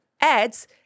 ads